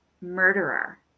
murderer